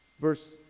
Verse